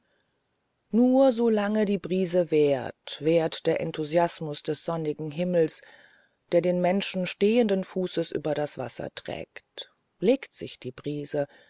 nur so lange die brise währt währt der enthusiasmus des sonnigen himmels der den menschen stehenden fußes über das wasser trägt legt sich die brise